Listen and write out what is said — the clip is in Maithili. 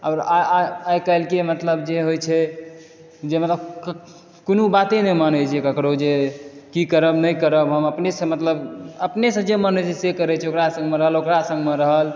आओर आइ काल्हि की मतलब जे होइ छै जे मतलब कोनो बाते नहि मानै छै केकरो जे की करब नहि करब तब हम अपने सॅं मतलब अपने सॅं जे मोन होइ छै से करै छै एकरा संग मे रहल ओकरा संग मे रहल